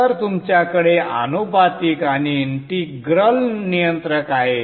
तर तुमच्याकडे आनुपातिक आणि इंटिग्रल नियंत्रक आहे